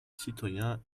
citoyen